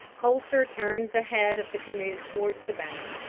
colter turned the head of the canoe towards the bank,